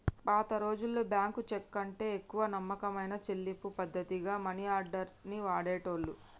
పాతరోజుల్లో బ్యేంకు చెక్కుకంటే ఎక్కువ నమ్మకమైన చెల్లింపు పద్ధతిగా మనియార్డర్ ని వాడేటోళ్ళు